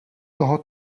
toho